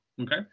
okay